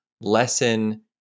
lesson